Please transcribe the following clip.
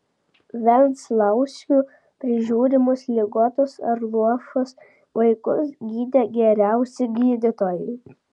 venclauskių prižiūrimus ligotus ar luošus vaikus gydė geriausi gydytojai